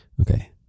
Okay